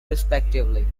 respectively